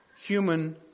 human